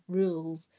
rules